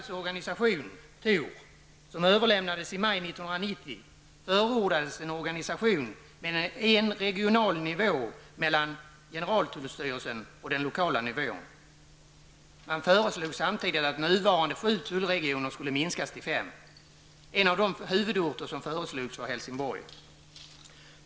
som överlämnades i maj 1990 förordades en organisation med en regional nivå mellan generaltullstyrelsen och den lokala nivån. Man föreslog samtidigt att nuvarande sju tullregioner skulle minskas till fem. En av de huvudorter som föreslogs var Helsingborg.